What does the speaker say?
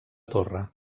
torre